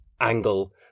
angle